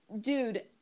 dude